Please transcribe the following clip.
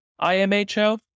IMHO